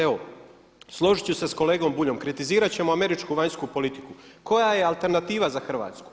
Evo složit ću se sa kolegom Buljom kritizirat ćemo američku vanjsku politiku koja je alternativa za Hrvatsku.